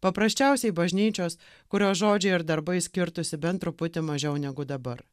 paprasčiausiai bažnyčios kurios žodžiai ir darbai skirtųsi bent truputį mažiau negu dabar